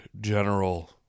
general